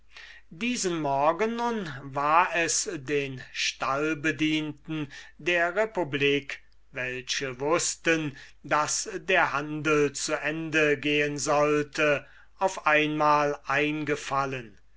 diesen morgen nun war es den stallbedienten der republik welche wußten daß der handel zu ende gehen sollte auf einmal eingefallen